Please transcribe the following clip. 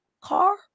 car